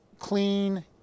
Clean